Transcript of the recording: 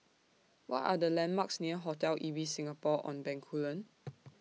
What Are The landmarks near Hotel Ibis Singapore on Bencoolen